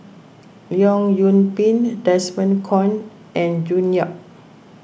Leong Yoon Pin Desmond Kon and June Yap